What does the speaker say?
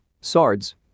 swords